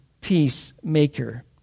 peacemaker